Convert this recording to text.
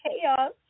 chaos